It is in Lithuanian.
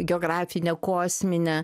geografinė kosminė